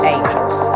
Angels